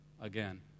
again